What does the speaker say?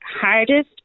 hardest